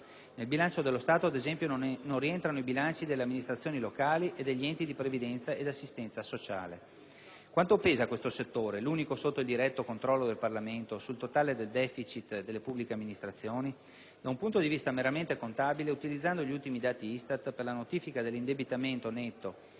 Nel bilancio dello Stato, ad esempio, non rientrano i bilanci delle amministrazioni locali e degli enti di previdenza ed assistenza sociale. Quanto pesa questo settore, l'unico sotto il diretto controllo del Parlamento, sul totale del deficit delle pubbliche amministrazioni? Da un punto di vista meramente contabile, utilizzando gli ultimi dati ISTAT per la notifica dell'indebitamento netto